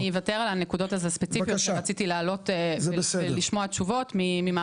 אז אני אוותר על הנקודות הספציפיות שרציתי להעלות כדי לשמוע תשובות ממר